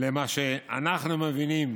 למה שאנחנו מבינים